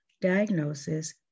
diagnosis